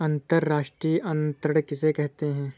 अंतर्राष्ट्रीय अंतरण किसे कहते हैं?